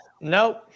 Nope